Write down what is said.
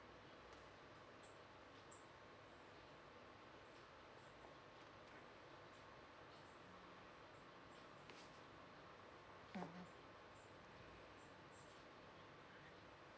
mmhmm